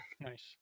Nice